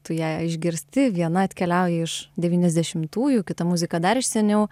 tu ją išgirsti viena atkeliauja iš devyniasdešimtųjų kita muzika dar iš seniau